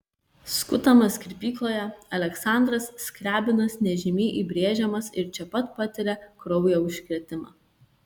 skutamas kirpykloje aleksandras skriabinas nežymiai įbrėžiamas ir čia pat patiria kraujo užkrėtimą